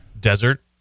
desert